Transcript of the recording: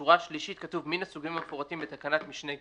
בשורה השלישית כתוב: מן הסוגים המפורטים בתקנת משנה (ג).